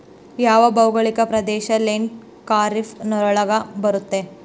ಯಾವ ಭೌಗೋಳಿಕ ಪ್ರದೇಶ ಲೇಟ್ ಖಾರೇಫ್ ನೊಳಗ ಬರುತ್ತೆ?